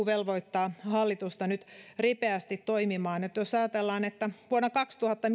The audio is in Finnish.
velvoittaa hallitusta nyt ripeästi toimimaan jos ajatellaan että vuonna kaksituhatta